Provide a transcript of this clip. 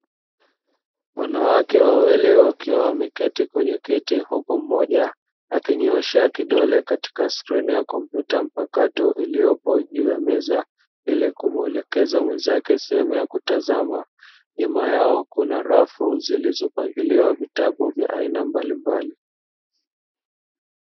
Wanawake wawili wakiwa wameketi kwenye kiti huku mmoja akinyoosha kidole katika skrini ya kompyuta mpakato, iliyopo juu ya meza ili kumuelekeza mwenzake sehemu ya kutazama. Nyuma yao kuna rafu zilizopangaliwa vitabu vya aina mbalimbali.